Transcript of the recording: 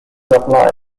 apply